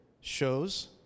shows